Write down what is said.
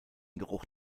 geruch